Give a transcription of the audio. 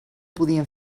podien